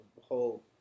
whole